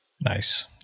Nice